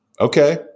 Okay